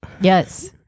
Yes